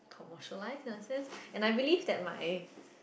commercialised in a sense and I believe that my